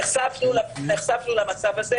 נחשפנו למצב הזה.